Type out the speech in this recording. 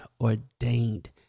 ordained